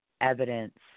evidence